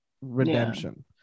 redemption